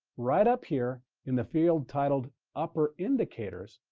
right up here, in the field titled upper indicators,